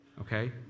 Okay